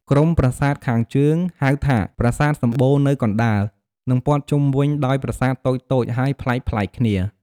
ក្រុមប្រាសាទខាងជើង ហៅថាប្រាសាទសំបូរនៅកណ្តាល និងពទ្ធ័ជុំវិញដោយប្រាសាទតូចៗ ហើយប្លែកៗគ្នា។